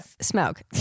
Smoke